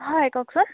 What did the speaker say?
হয় কওকচোন